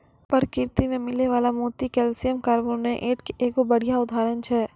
परकिरति में मिलै वला मोती कैलसियम कारबोनेट के एगो बढ़िया उदाहरण छै